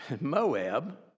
Moab